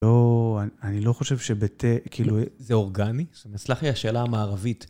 לא, אני לא חושב שבתה, כאילו... זה אורגני? תסלח לי על השאלה המערבית.